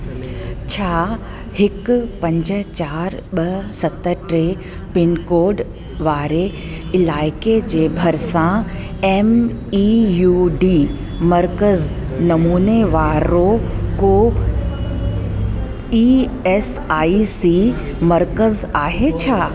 छा हिकु पंज चारि ॿ सत टे पिनकोड वारे इलाइक़े जे भरिसां एम ई यू डी मर्कज़ नमूने वारो को ई एस आई सी मर्कज़ आहे छा